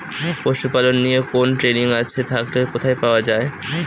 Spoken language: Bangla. পশুপালন নিয়ে কোন ট্রেনিং আছে থাকলে কোথায় পাওয়া য়ায়?